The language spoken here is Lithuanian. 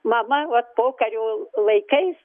mama vat pokario laikais